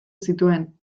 zituen